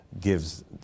gives